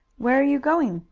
where are you going?